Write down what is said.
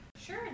Sure